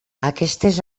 aquestes